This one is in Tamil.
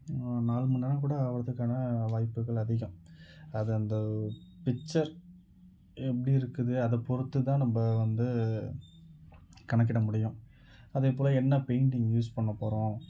நாலு மணிநேரோம் கூட ஆகிறதுக்கான வாய்ப்புகள் அதிகம் அதை அந்த பிச்சர் எப்படி இருக்குது அதை பொறுத்து தான் நம்ம வந்து கணக்கிட முடியும் அதைப்போல் என்ன பெயிண்ட்டிங் யூஸ் பண்ண போகிறோம்